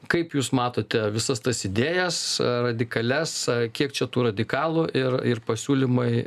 kaip jūs matote visas tas idėjas radikalias kiek čia tų radikalų ir ir pasiūlymai